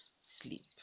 sleep